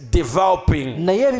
developing